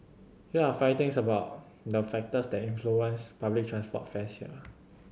here are five things about the factors that influence public transport fares here